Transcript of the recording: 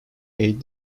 aid